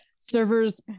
Servers